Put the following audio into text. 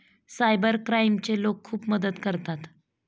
cyber क्राईमचे लोक खूप मदत करतात